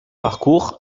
parcours